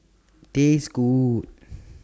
Taste Good